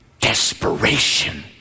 desperation